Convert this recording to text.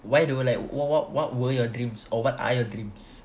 why do you like what what what were your dreams or what are your dreams